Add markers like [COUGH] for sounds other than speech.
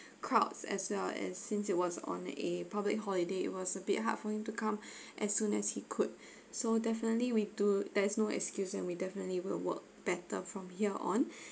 crowds as well as since it was on a public holiday it was a bit hard for him to come [BREATH] as soon as he could so definitely we do there is no excuse and we definitely will work better from here on [BREATH]